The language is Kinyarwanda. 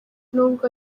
nubwo